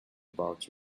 about